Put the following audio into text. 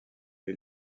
est